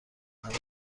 همه